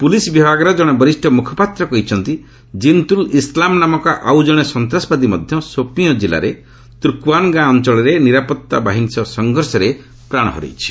police ବିଭାଗର ଜଣେ ବରିଷ୍ଣ ମୁଖପାତ୍ର କହିଛନ୍ତି ଜିନତୁଲ ଇସ୍ଲାମ ନାମକ ଆଉଜଣେ ସନ୍ତାସବାଦୀ ମଧ୍ୟ ସୋପିଓଁ ଜିଲ୍ଲାର ତ୍ରୁର୍କଓ୍ୱାନଗାଁ ଅଞ୍ଚଳରେ ନିରାପଭାବାହିନୀ ସହ ସଂଘର୍ଷରେ ପ୍ରାଣ ହରାଇଛି